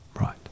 Right